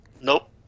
Nope